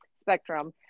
spectrum